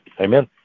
Amen